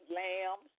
lamb